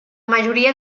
majoria